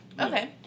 Okay